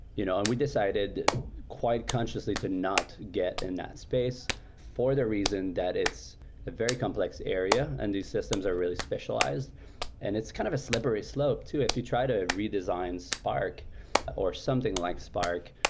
you know and we decided quite consciously to not get in that space for the reason that it's a very complex area and these systems are really specialized and it's kind of a slippery slope too. if you try to redesign spark or something like spark,